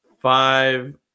five